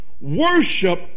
Worship